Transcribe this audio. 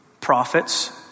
prophets